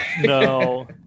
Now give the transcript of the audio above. no